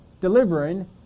delivering